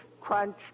crunch